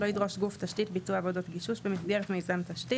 לא ידרוש גוף תשתית ביצוע עבודות גישוש במסגרת עבודות תשתית.